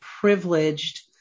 privileged